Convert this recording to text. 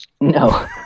No